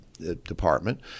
Department